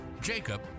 jacob